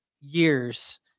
years